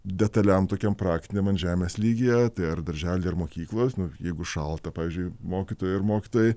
detaliam tokiam praktiniam ant žemės lygyje tai ar darželiai ar mokyklos nu jeigu šalta pavyzdžiui mokytojai ir mokytojai